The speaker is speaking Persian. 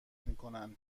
میکنند